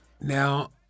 Now